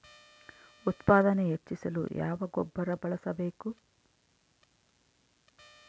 ಉತ್ಪಾದನೆ ಹೆಚ್ಚಿಸಲು ಯಾವ ಗೊಬ್ಬರ ಬಳಸಬೇಕು?